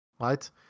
right